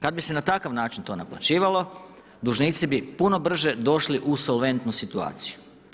Kada bi se na taj način to naplaćivalo, dužnici bi puno brže došli u solventnu situaciju.